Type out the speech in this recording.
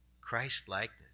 Christ-likeness